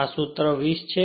આ સૂત્ર ૨૦ છે